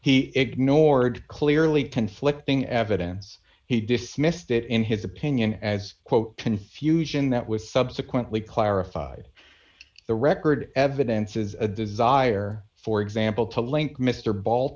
he ignored clearly conflicting evidence he dismissed it in his opinion as quote confusion that was subsequently clarified the record evidence is a desire for example to link mr ball